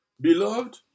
Beloved